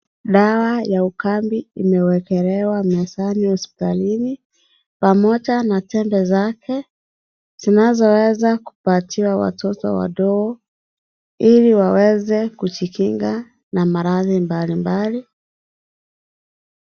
Dawa ya ukambi imewekelewa mezani hospitalini, pamoja na tembe zake, zinazoweza kupatiwa watoto wadogo, ili waweze kujikinga na maradhi mbalimbali.